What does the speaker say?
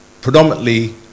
predominantly